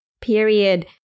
Period